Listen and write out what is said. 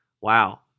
wow